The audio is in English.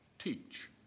teach